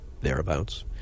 thereabouts